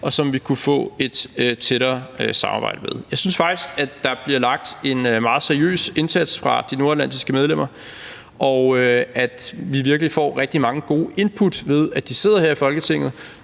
og som vi kunne få et tættere samarbejde med. Jeg synes faktisk, at der bliver lagt en meget seriøs indsats fra de nordatlantiske medlemmer, og at vi virkelig får rigtig mange gode input ved, at de sidder her i Folketinget